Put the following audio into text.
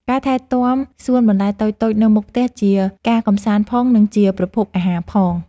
ការថែទាំសួនបន្លែតូចៗនៅមុខផ្ទះជាការកម្សាន្តផង និងជាប្រភពអាហារផង។